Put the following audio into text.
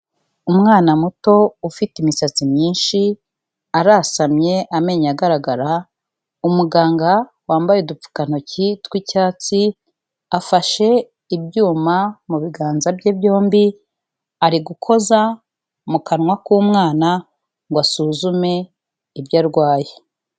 Umwana muto, ufite imisatsi myinshi, arasamye amenyo agaragara, umuganga wambaye udupfukantoki tw'icyatsi, afashe ibyuma mu biganza bye byombi, ari gukoza mu kanwa k'umwana, ngo asuzume ibyo arwaye.